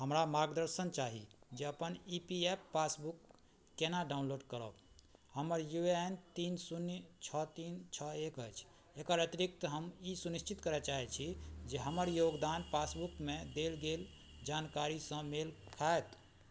हमरा मार्गदर्शन चाही जे अपन ई पी एफ पासबुक केना डाउनलोड करब हमर यू ए एन तीन शून्य छओ तीन छओ एक अछि एकर अतिरिक्त हम ई सुनिश्चित करय चाहय छी जे हमर योगदान पासबुकमे देल गेल जानकारीसँ मेल खायत